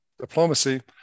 diplomacy